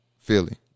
Philly